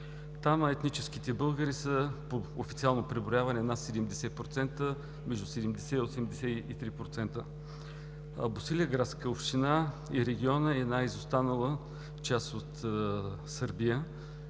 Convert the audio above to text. Там етническите българи по официално преброяване са между 70 и 83%. Босилеградската община и регионът са една изостанала част от Сърбия,